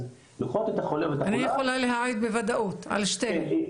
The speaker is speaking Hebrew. לוקחות את החולה --- אני יכולה להעיד בוודאות על שתיהן.